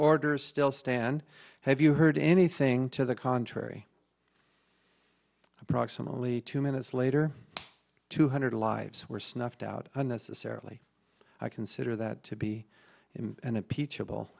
orders still stand have you heard anything to the contrary approximately two minutes later two hundred lives were snuffed out unnecessarily i consider that to be a peach